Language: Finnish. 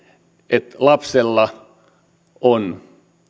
että lapsella on